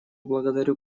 благодарю